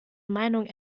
meinung